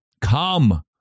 Come